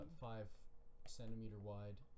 five-centimeter-wide